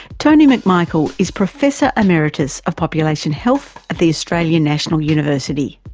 tony mcmichael is professor emeritus of population health at the australian national university.